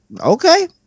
Okay